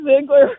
Ziegler